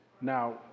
Now